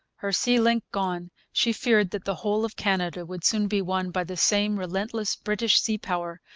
her sea link gone, she feared that the whole of canada would soon be won by the same relentless british sea-power,